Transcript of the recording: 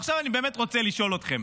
עכשיו אני באמת רוצה לשאול אתכם: